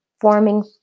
forming